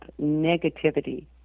negativity